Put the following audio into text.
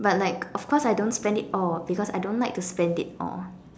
but like of course I don't spend it all because I don't like to spend it all